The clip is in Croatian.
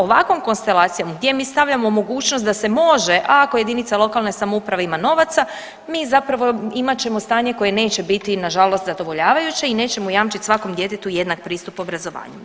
Ovakvom konstelacijom gdje mi stavljamo mogućnost da se može, ako jedinica lokalne samouprave ima novaca, mi zapravo, imat ćemo stanje koje neće biti, nažalost, zadovoljavajuće i nećemo jamčiti svakom djetetu jednak pristup obrazovanju.